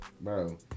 bro